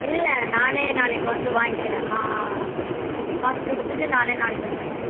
இல்லை நானே நாளைக்கு வந்து வாங்கிக்கிறேன் கா காசு கொடுத்துட்டு நானே நாளைக்கு வந்து வாங்கிக்கிறேன்